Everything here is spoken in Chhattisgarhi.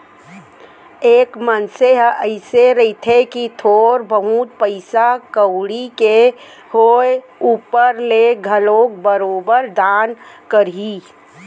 एक मनसे ह अइसे रहिथे कि थोर बहुत पइसा कउड़ी के होय ऊपर ले घलोक बरोबर दान करही